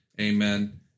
amen